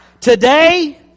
Today